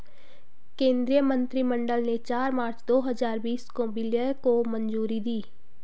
केंद्रीय मंत्रिमंडल ने चार मार्च दो हजार बीस को विलय को मंजूरी दी